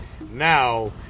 Now